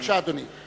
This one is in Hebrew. בבקשה, אדוני.